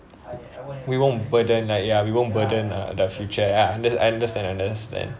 we won't burden like ya we won't burden uh the future ya unde~ I understand understand